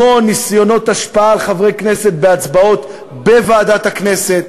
המון ניסיונות השפעה על חברי כנסת בהצבעות בוועדת הכנסת.